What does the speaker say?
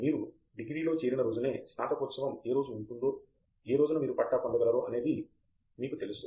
మీరు డిగ్రీలో చేరిన రోజునే స్నాతకోత్సవం ఏ రోజున ఉంటుందో ఏ రోజున మీరు పట్టా పొందగలరో అనేది అని మీకు తెలుసు